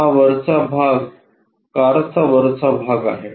आणि हा वरचा भाग कारचा वरचा भाग आहे